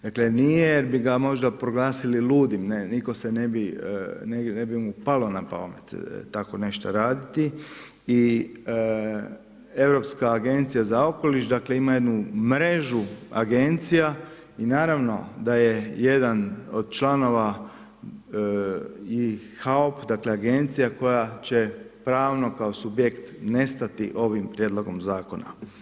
Dakle, nije jer bi ga možda proglasili ludim, nitko se ne bi, ne bi mu palo na pamet tako nešto raditi i europska agencija za okoliš dakle, ima jednu mrežu agencija i naravno da je jedan od članova i HAOP, dakle, agencija, koja će pravno, kao subjekt nestati ovim prijedlogom zakona.